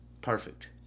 perfect